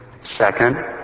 Second